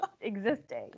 existing